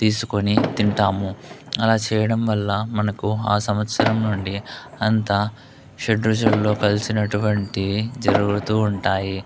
తీసుకొని తింటాము అలా చేయడం వల్ల మనకు ఆ సంవత్సరం నుండి అంతా షడ్రుచులలో కలిసినటువంటి జరుగుతూ ఉంటాయి